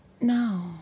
No